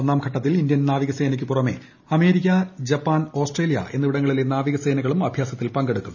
ഒന്നാംഘട്ടത്തിൽ Indian നാവികസേനയ്ക്കു പുറമെ America Japan Australia എന്നിവിടങ്ങളിലെ നാവിക സേനകളും അഭ്യാസത്തിൽ പങ്കെടുക്കും